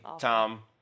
tom